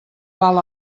val